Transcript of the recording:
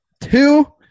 Two